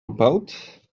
about